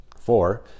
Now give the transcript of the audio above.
four